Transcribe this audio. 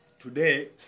today